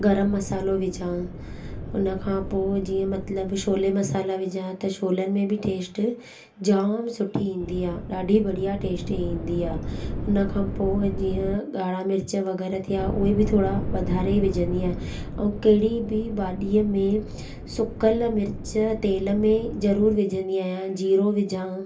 गरमु मसालो विझां उन खां पोइ जीअं मतिलबु छोले मसाला विझां त छोलनि में बि टेस्ट जाम सुठी ईंदी आहे ॾाढी बढ़िया टेस्ट ईंदी आहे उन खां पोइ जीअं ॻाढ़ा मिर्च वग़ैरह थिया उहे बि थोरा वधारे विझंदी आहियां ऐं कहिड़ी बि भाॼीअ में सुकियल मिर्च तेल में ज़रूर विझंदी आहियां जीरो विझां